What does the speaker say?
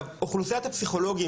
אוכלוסיית הפסיכולוגים,